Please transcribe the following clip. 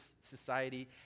society